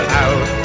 out